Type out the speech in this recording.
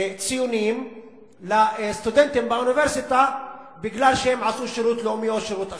ציונים לסטודנטים באוניברסיטה בגלל שהם עשו שירות לאומי או שירות אחר.